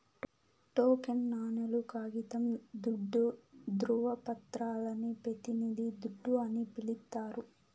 token నాణేలు, కాగితం దుడ్డు, దృవపత్రాలని పెతినిది దుడ్డు అని పిలిస్తారు